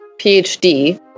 PhD